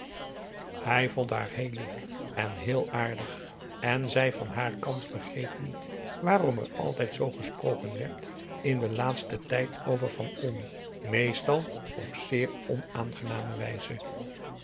hij vond haar heel lief en heel aardig en zij van haar kant begreep niet waarom er altijd zoo gesproken werd in den laatsten tijd over van olm meestal op zeer onaangename wijze